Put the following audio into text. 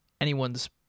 anyone's